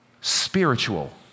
spiritual